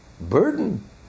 burden